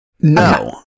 no